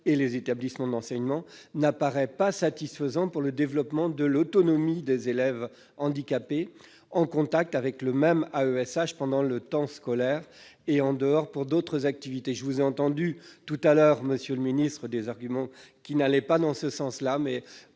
et les établissements d'enseignement, n'apparaît pas satisfaisant pour le développement de l'autonomie des élèves handicapés en contact avec le même AESH pendant le temps scolaire et en dehors pour d'autres activités. Monsieur le ministre, vous avez avancé des arguments qui n'allaient pas en ce sens. Mais